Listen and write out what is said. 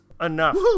enough